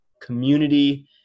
community